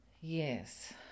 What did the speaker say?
Yes